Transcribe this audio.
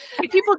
people